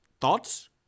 Thoughts